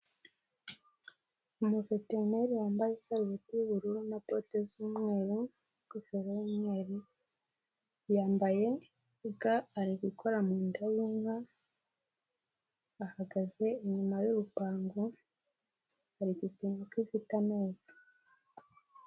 Umuveterineri wambaye isabuti y'ubururu na bote z'umweru n'ingofero y'umweru, yambaye ga, ari gukora mu nda y'inka, ahagaze inyuma y'urupango, ari gupima ko ifite amezi.